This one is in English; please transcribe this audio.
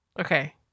Okay